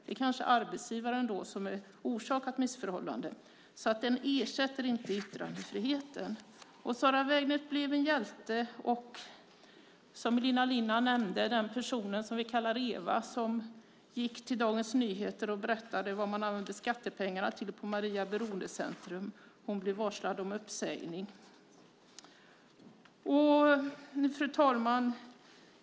Det är kanske arbetsgivaren som har orsakat missförhållandet. Denna lag ersätter alltså inte yttrandefriheten. Sarah Wägnert blev alltså en hjälte, och, som Elina Linna nämnde, den person som vi kallar Eva och som gick till Dagens Nyheter och berättade vad man använde skattepengarna till på Maria Beroendecentrum, hon blev varslad om uppsägning. Fru talman!